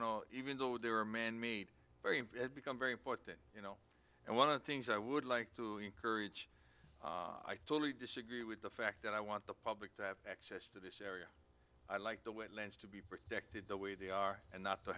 and even though there are man made very become very important you know and one of the things i would like to encourage i totally disagree with the fact that i want the public to have access to this area i'd like the wetlands to be protected the way they are and not to